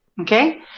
Okay